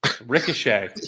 Ricochet